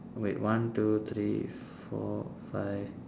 wait one two three four five